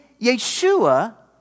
Yeshua